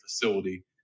facility